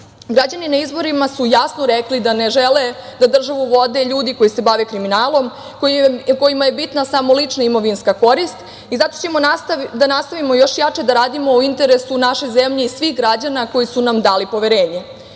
građana. Građani na izborima su jasno rekli da ne žele da državu vode ljudi koji se bave kriminalom, kojima je bitna samo lična imovinska korist i zato ćemo da nastavimo još jače da radimo u interesu naše zemlje i svih građana koji su nam dali poverenje,